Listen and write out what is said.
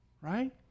right